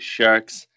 Sharks